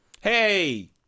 hey